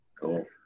Cool